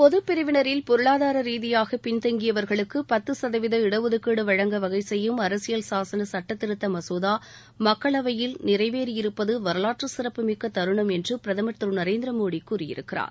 பொதுப் பிரிவினரில் பொருளாதார ரீதியாக பின்தங்கியவர்களுக்கு பத்து சதவீத இடஒதுக்கீடு வழங்க வகை செய்யும் அரசியல் சாசன சட்டத் திருத்த மசோதா மக்களவையில் நிறைவேறியிருப்பது வரலாற்று சிறப்புமிக்கத் தருணம் என்று பிரதமர் திரு நரேந்திர மோடி கூறியிருக்கிறார்